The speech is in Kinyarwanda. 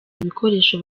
ibikoresho